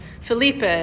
Felipe